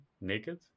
naked